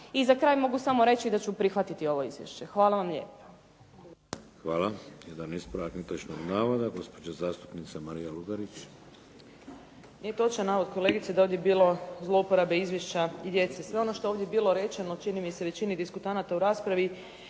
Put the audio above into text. I za kraj mogu samo reći da ću prihvatiti ovo izvješće. Hvala vam lijepo.